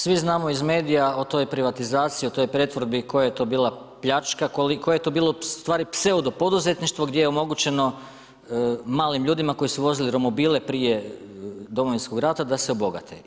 Svi znamo iz medija o toj privatizaciji, o toj pretvorbi, koja je to bila pljačka, koliko je to bilo stvari pseudo poduzetništvo gdje je omogućeno malim ljudima koji su vozili romobile prije Domovinskog rata da se obogate.